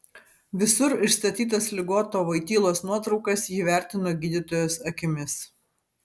visur išstatytas ligoto voitylos nuotraukas ji vertino gydytojos akimis